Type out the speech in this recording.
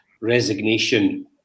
resignation